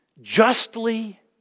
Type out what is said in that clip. justly